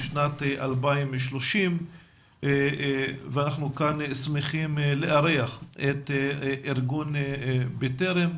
עד שנת 2030. אנחנו שמחים לארח את ארגון בטרם,